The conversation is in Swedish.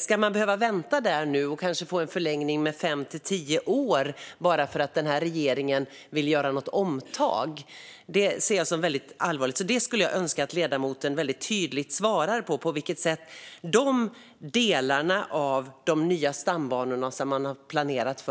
Ska man behöva vänta där nu och kanske få en förlängning med fem till tio år bara för att den här regeringen vill göra något omtag? Det här ser jag som väldigt allvarligt, så jag skulle önska ett väldigt tydligt svar från ledamoten om de delarna av de nya stambanorna som man har planerat.